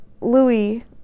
Louis